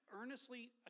earnestly